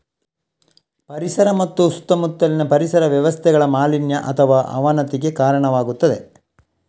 ಪರಿಸರ ಮತ್ತು ಸುತ್ತಮುತ್ತಲಿನ ಪರಿಸರ ವ್ಯವಸ್ಥೆಗಳ ಮಾಲಿನ್ಯ ಅಥವಾ ಅವನತಿಗೆ ಕಾರಣವಾಗುತ್ತದೆ